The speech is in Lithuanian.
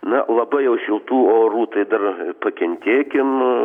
na labai jau šiltų orų tai dar pakentėkim